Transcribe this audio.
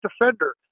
defender